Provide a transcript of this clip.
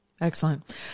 Excellent